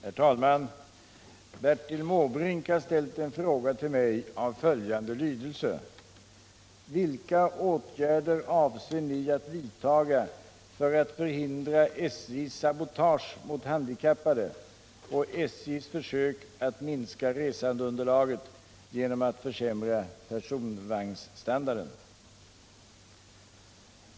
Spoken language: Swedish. Herr talman! Bertil Måbrink har ställt en fråga till mig av följande lydelse: Vilka åtgärder avser kommunikationsministern vidta för att förhindra SJ:s sabotage mot handikappade och SJ:s försök att minska resandeunderlaget genom att försämra personvagnsstandarden?